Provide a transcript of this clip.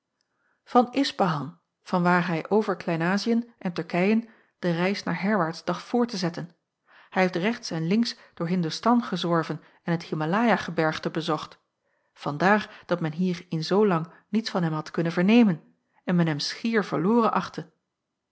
van ispahan vanwaar hij over klein aziën en turkijen de reis naar herwaarts dacht voort te zetten hij heeft rechts en links door hindostan gezworven en het himalayagebergte bezocht vandaar dat men hier in zoo lang niets van hem had kunnen vernemen en men hem schier verloren achtte